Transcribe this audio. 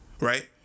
right